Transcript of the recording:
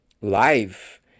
life